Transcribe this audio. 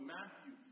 Matthew